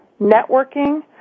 networking